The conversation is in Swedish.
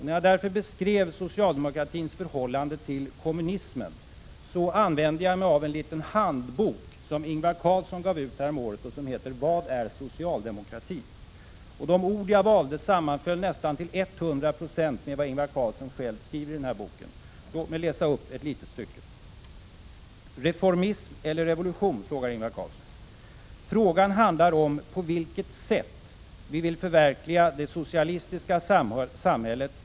När jag beskrev socialdemokratins förhållande till kommunismen, använde jag mig därför av en liten handbok som Ingvar Carlsson gav ut häromåret och som heter Vad är socialdemokrati? De ord som jag valde sammanföll nästan till 100 26 med vad Ingvar Carlsson själv har skrivit i denna bok. Låt mig läsa upp ett litet stycke. ”Reformism eller revolution?” frågar Ingvar Carlsson. ”Frågan handlar om på vilket sätt vi vill förverkliga det socialistiska samhället.